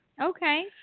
Okay